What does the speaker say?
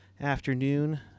afternoon